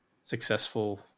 successful